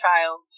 child